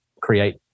create